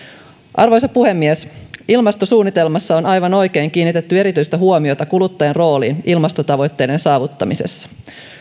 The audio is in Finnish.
arvoisa puhemies ilmastosuunnitelmassa on aivan oikein kiinnitetty erityistä huomiota kuluttajan rooliin ilmastotavoitteiden saavuttamisessa